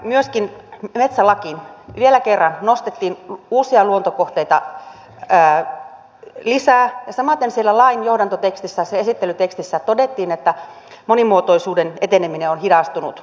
myöskin metsälakiin vielä kerran nostettiin uusia luontokohteita lisää ja samaten siellä lain johdantotekstissä sen esittelytekstissä todettiin että monimuotoisuuden eteneminen on hidastunut